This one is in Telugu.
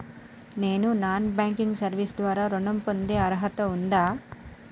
నేను నాన్ బ్యాంకింగ్ సర్వీస్ ద్వారా ఋణం పొందే అర్హత ఉందా?